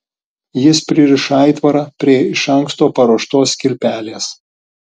jis pririša aitvarą prie iš anksto paruoštos kilpelės